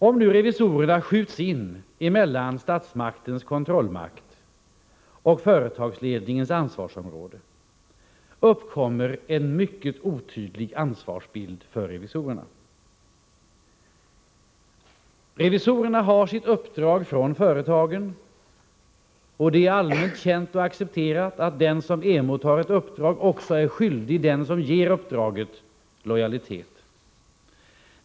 Om nu revisorerna skjuts in mellan statsmaktens kontrollmakt och företagsledningens ansvarsområde, uppkommer en mycket otydlig ansvarsbild för revisorerna. Revisorerna har sitt uppdrag från företagen, och det är allmänt känt och accepterat att den som emottar ett uppdrag också är skyldig den som ger uppdraget lojalitet.